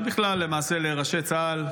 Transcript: ובכלל למעשה לראשי צה"ל,